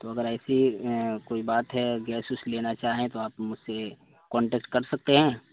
تو اگر ایسی کوئی بات ہے گیس ویس لینا چاہیں تو آپ مجھ سے کانٹیکٹ کر سکتے ہیں